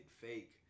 fake